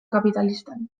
kapitalistan